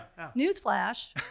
Newsflash